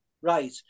right